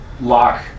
lock